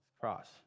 cross